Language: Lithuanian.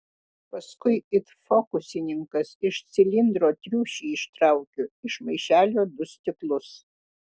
paskui it fokusininkas iš cilindro triušį ištraukiu iš maišelio du stiklus